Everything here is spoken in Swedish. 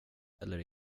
eller